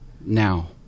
now